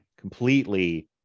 completely